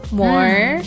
more